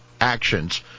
actions